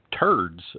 turds